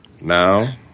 Now